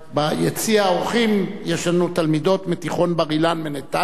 ביציע האורחים יש לנו תלמידות מתיכון "בר אילן" בנתניה